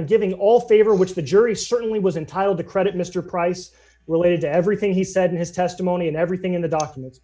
and giving all favor which the jury certainly was entitled to credit mr price related to everything he said in his testimony and everything in the documents